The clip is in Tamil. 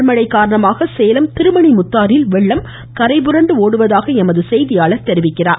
தொடர் மழை காரணமாக சேலம் திருமணிமுத்தாற்றில் வெள்ளம்கரை புரண்டு ஒடுவதாக எமது செய்தியாளர் தெரிவிக்கிறார்